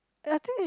I think is